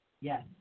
Yes